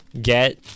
get